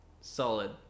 Solid